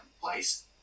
place